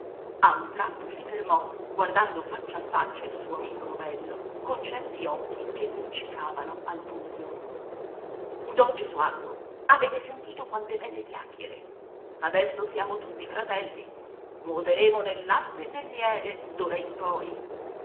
a un tratto si fermò guardando faccia a faccia il suo amico novello con certi occhi che luccicavano al buio don gesualdo avete sentito quante belle chiacchiere adesso siamo tutti fratelli nuoteremo nel latte e nel miele d'ora in poi